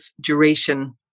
duration